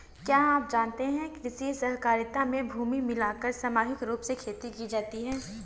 क्या आप जानते है कृषि सहकारिता में भूमि मिलाकर सामूहिक रूप से खेती की जाती है?